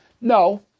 No